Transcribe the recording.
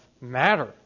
matter